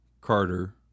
Carter